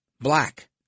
black